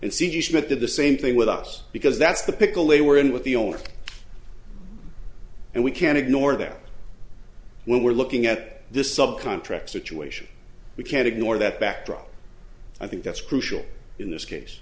cd smith did the same thing with us because that's the pickle they were in with the owner and we can't ignore them when we're looking at this sub contract situation we can't ignore that backdrop i think that's crucial in this case